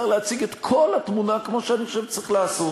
להציג את כל התמונה כמו שאני חושב שצריך לעשות.